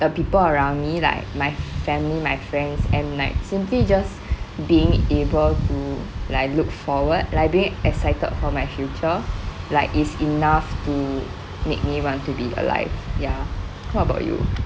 the people around me like my family my friends and like simply just being able to like look forward like being excited for my future like is enough to make me want to be alive ya what about you